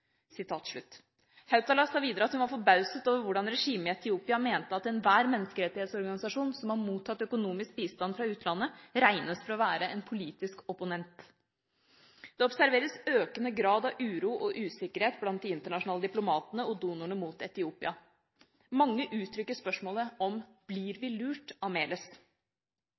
videre at hun var forbauset over hvordan regimet i Etiopia mente at enhver menneskerettighetsorganisasjon som har mottatt økonomisk bistand fra utlandet, regnes for å være en politisk opponent. Det observeres en økende grad av uro og usikkerhet blant de internasjonale diplomatene og donorene mot Etiopia. Mange uttrykker spørsmålet: Blir vi lurt av Meles?